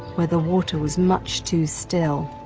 where the water was much too still.